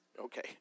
Okay